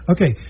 Okay